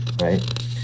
right